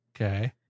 Okay